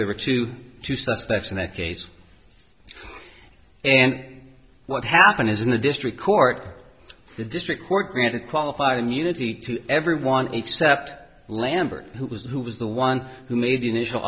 there were two two suspects in that case and what happened is in the district court the district court granted qualified immunity to everyone except lambert who was who was the one who made the initial